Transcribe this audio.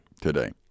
Today